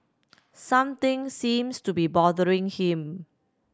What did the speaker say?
something seems to be bothering him